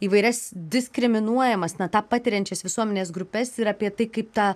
įvairias diskriminuojamas na tą patiriančias visuomenės grupes ir apie tai kaip ta